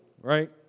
right